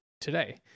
today